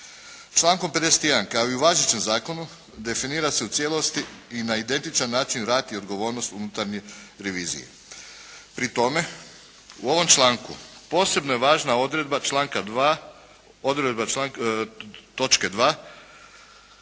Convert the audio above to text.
Člankom 51. kao i u važećem zakonu definira se u cijelosti na identičan način rad i odgovornost Unutarnje revizije. Pri tome, u ovom članku posebna je važna odredba točke 2.